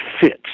fits